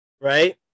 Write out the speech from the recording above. right